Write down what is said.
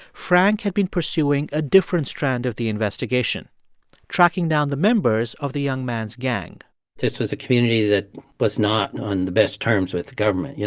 frank had been pursuing a different strand of the investigation tracking down the members of the young man's gang this was a community that was not on the best terms with the government. you